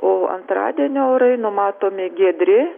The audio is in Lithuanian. o antradienio orai numatomi giedri